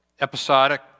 Episodic